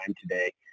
today